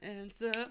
answer